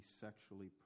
sexually